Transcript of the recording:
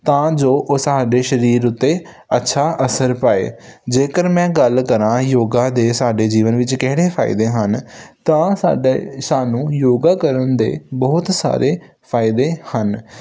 ਤਾਂ ਜੋ ਉਹ ਸਾਡੇ ਸਰੀਰ ਉੱਤੇ ਅੱਛਾ ਅਸਰ ਪਾਏ ਜੇਕਰ ਮੈਂ ਗੱਲ ਕਰਾਂ ਯੋਗਾ ਦੇ ਸਾਡੇ ਜੀਵਨ ਵਿੱਚ ਕਿਹੜੇ ਫਾਇਦੇ ਹਨ ਤਾਂ ਸਾਡੇ ਸਾਨੂੰ ਯੋਗਾ ਕਰਨ ਦੇ ਬਹੁਤ ਸਾਰੇ ਫਾਇਦੇ ਹਨ